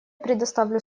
предоставляю